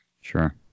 sure